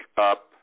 up